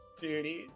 Duty